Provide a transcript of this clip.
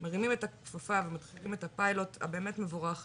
מרימים את הכפפה ומתחילים את הפיילוט הבאמת מבורך הזה.